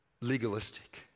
legalistic